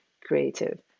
creative